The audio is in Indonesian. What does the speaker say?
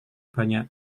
banyak